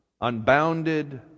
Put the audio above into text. unbounded